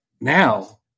now